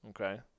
okay